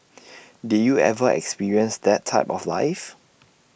did you ever experience that type of life